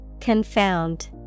Confound